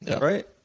Right